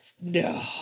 No